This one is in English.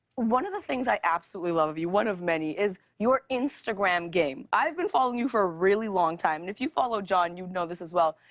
one of the things i absolutely love of you, one of many, is your instagram game. i've been following you for a really long time. and if you follow john, you know this as well.